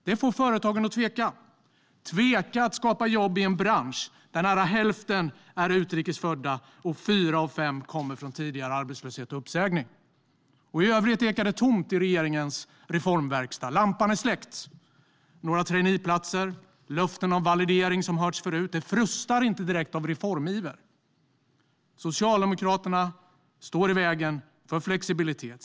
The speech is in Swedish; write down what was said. Det får företagen att tveka. De tvekar inför att skapa jobb i en bransch där nära hälften är utrikes födda och fyra av fem kommer från tidigare arbetslöshet och uppsägning. I övrigt ekar det tomt i regeringens reformverkstad. Lampan är släckt. Det är några traineeplatser och löften om validering som har hörts förut. Det frustas inte direkt av reformiver. Socialdemokraterna står i vägen för flexibilitet.